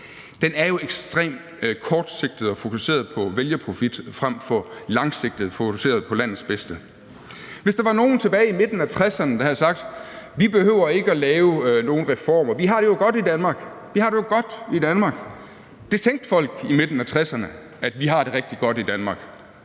Den er jo ekstremt kortsigtet og fokuseret på vælgerprofit frem for at være langsigtet og fokuseret på landets bedste. Tænk, hvis der var nogle tilbage i midten af 1960'erne, der havde sagt, at vi ikke behøver at lave nogen reformer, for vi har det jo godt i Danmark – vi har det jo godt i Danmark. Det tænkte folk i midten af 1960'erne, nemlig at vi har det rigtig godt i Danmark,